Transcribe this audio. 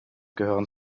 gehören